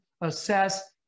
assess